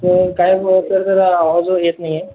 तर काय मग सर जरा आवाज येत नाही आहे